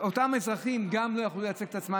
ואותם אזרחים גם לא יכלו לייצג את עצמם,